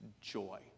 joy